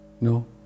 No